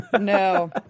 no